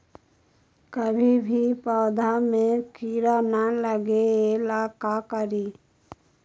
कभी भी पौधा में कीरा न लगे ये ला का करी?